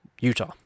utah